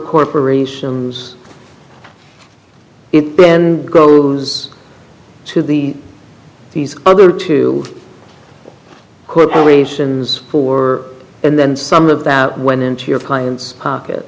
corporations it goes to the these other two corporations for and then some of that went into your client's pocket